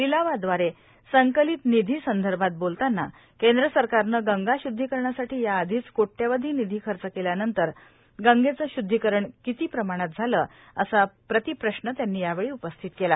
लिलावादवारे संकलित नीधी संदर्भात बोलतांना केंद्रसरकारने गंगा श्दधीकरणासाठी याआधीच कोट्यवधी निधी खर्च केल्यानंतर गंगेचे श्द्धीकरण किती प्रमाणात झाले असा प्रतिप्रश्न त्यांनी यावेळी उपस्थित केला